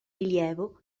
rilievo